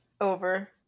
over